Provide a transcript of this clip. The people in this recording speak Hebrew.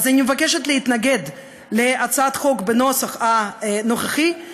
אז אני מבקשת להתנגד להצעת החוק בנוסח הנוכחי,